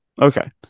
okay